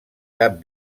cap